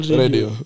radio